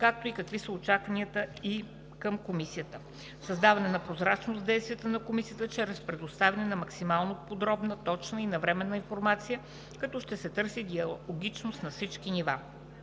както и какви са очакванията им към Комисията. Създаване на прозрачност в действията на Комисията чрез предоставяне на максимално подробна, точна и навременна информация, като ще се търси диалогичност на всички нива.